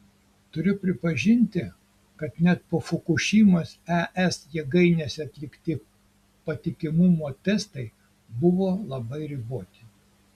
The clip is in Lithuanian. turiu pripažinti kad net po fukušimos es jėgainėse atlikti patikimumo testai buvo labai riboti